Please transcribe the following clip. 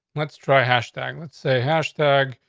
let's dry. hashtag, let's say hashtag